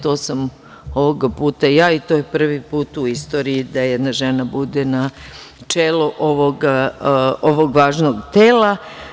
To sam ovog puta ja i to je prvi put u istoriji da jedna žena bude na čelu ovog važnog tela.